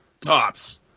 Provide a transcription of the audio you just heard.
tops